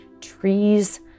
trees